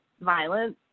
violence